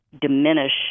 diminish